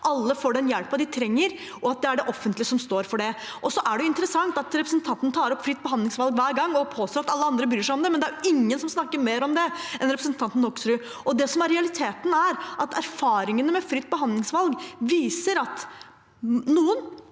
alle får den hjelpen de trenger, og at det er det offentlige som står for det. Det er interessant at representanten tar opp fritt behandlingsvalg hver gang og påstår at alle andre bryr seg om det, men det er ingen som snakker mer om det enn representanten Hoksrud. Det som er realiteten, er at erfaringene med fritt behandlingsvalg viser at noen